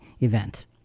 event